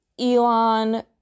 Elon